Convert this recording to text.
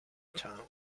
town